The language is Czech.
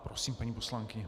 Prosím, paní poslankyně.